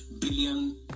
billion